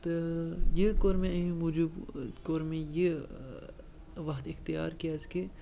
تہٕ یہِ کوٚر مےٚ اَمی موٗجوٗب کوٚر مےٚ یہِ وَتھ اختیار کیٛازِکہِ